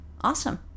Awesome